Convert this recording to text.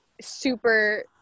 super